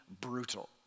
brutal